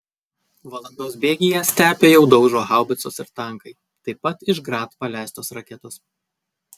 valandos bėgyje stepę jau daužo haubicos ir tankai taip pat iš grad paleistos raketos